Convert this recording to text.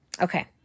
Okay